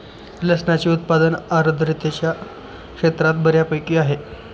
लसणाचे उत्पादन आर्द्रतेच्या क्षेत्रात बऱ्यापैकी आहे